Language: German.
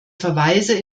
verweise